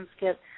get